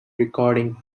recording